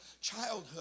childhood